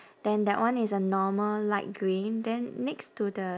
then that one is a normal light green then next to the